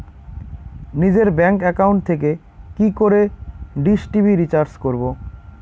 নিজের bank account থেকে কি করে ডিশ টি.ভি রিচার্জ করবো?